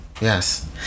yes